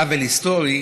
"עוול היסטורי",